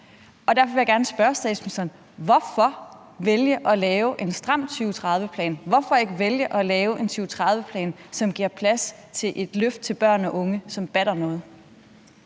Derfor vil jeg gerne spørge statsministeren: Hvorfor vælge at lave en stram 2030-plan? Hvorfor ikke vælge at lave en 2030-plan, som giver plads til et løft til børn og unge, og som batter noget?